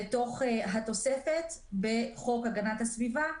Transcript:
לתוך התוספת בחוק הגנת הסביבה,